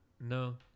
No